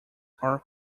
are